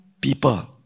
people